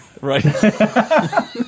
Right